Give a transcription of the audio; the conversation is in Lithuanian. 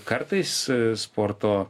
kartais sporto